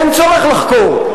אין צורך לחקור,